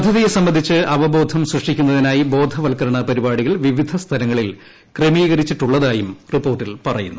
പദ്ധതിയെ സംബന്ധിച്ച് അവബോധം സൃഷ്ടിക്കുന്നതിനായി ബോധവൽക്കരണ പരിപാടികൾ വിവിധ സ്ഥലങ്ങളിൽ ക്രമീകരിച്ചിട്ടുള്ളതായും റിപ്പോർട്ടിൽ പറയുന്നു